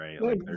right